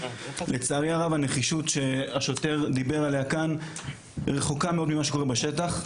לצערי הרב הנחישות שהשוטר דיבר עליה כאן רחוקה מאוד ממה שקורה בשטח.